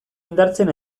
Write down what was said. indartzen